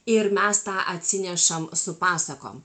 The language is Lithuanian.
ir mes tą atsinešam su pasakom